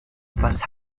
was